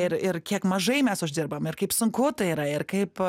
ir ir kiek mažai mes uždirbam ir kaip sunku tai yra ir kaip